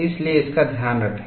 इसलिए इसका ध्यान रखें